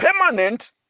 permanent